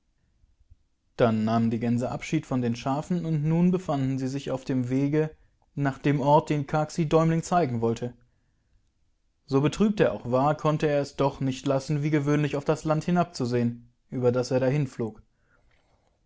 dann nahmen die gänse abschied von den schafen und nun befanden sie sich auf dem wege nach dem ort den kaksi däumling zeigen wollte so betrübt er auch war konnte er es doch nicht lassen wie gewöhnlich auf das landhinabzusehen überdaserdahinflog